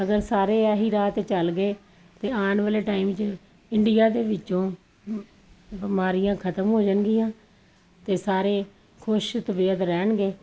ਅਗਰ ਸਾਰੇ ਇਹੀ ਰਾਹ ਤੇ ਚੱਲ ਗਏ ਤੇ ਆਉਣ ਵਾਲੇ ਟਾਈਮ 'ਚ ਇੰਡੀਆ ਦੇ ਵਿੱਚੋਂ ਬਿਮਾਰੀਆਂ ਖਤਮ ਹੋ ਜਾਣਗੀਆਂ ਤੇ ਸਾਰੇ ਖੁਸ਼ ਤਬੀਅਤ ਰਹਿਣਗੇ